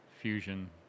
Fusion